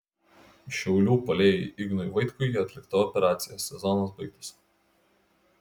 šiaulių puolėjui ignui vaitkui atlikta operacija sezonas baigtas